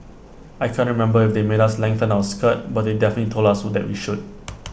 I can't remember if they made us lengthen our skirt but they definitely told us what that we should